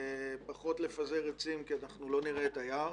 ופחות לפזר עצים כי אנחנו לא נראה את היער,